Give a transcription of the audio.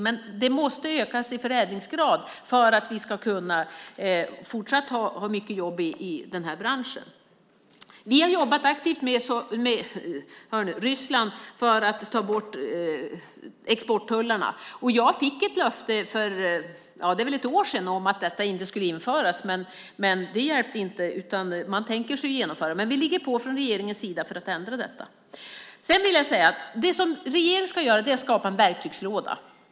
Men förädlingsgraden måste öka för att vi fortsatt ska kunna ha många jobb i den här branschen. Vi har aktivt jobbat med Ryssland när det gäller exporttullarna. Det är väl ett år sedan jag fick ett löfte om att sådana inte skulle införas, men det hjälpte inte. Man tänker sig ett genomförande. Från regeringens sida ligger vi på för att ändra detta. Det regeringen ska göra är att vi ska skapa en verktygslåda.